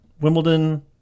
Wimbledon